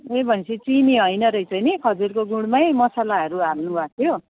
ए भनेपछि चिनी होइन रहेछ नि खजुरको गुडमै मसालाहरू हाल्नुभएको थियो